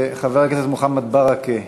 חבר הכנסת מוחמד ברכה,